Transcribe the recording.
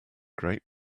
great